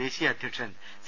ദേശീയ അധ്യക്ഷൻ സി